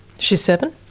she's seven?